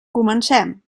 comencem